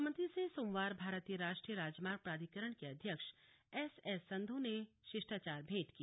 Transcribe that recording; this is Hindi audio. मुख्यमंत्री से सोमवार भारतीय राष्ट्रीय राजमार्ग प्राधिकरण के अध्यक्ष एस एस संधू ने शिष्टाचार भेंट की